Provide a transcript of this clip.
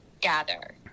gather